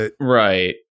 Right